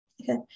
Okay